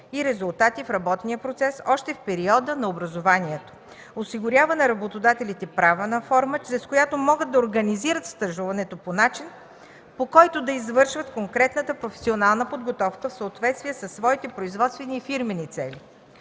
и резултати в работния процес още в периода на образованието, осигурява на работодателите правна форма, чрез която могат да организират стажуването по начин, по който да извършват конкретната професионална подготовка в съответствие със своите производствени и фирмени цели.